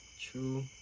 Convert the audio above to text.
True